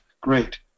great